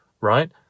right